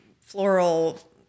floral